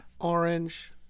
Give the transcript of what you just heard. orange